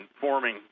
forming